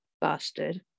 bastard